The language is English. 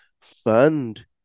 fund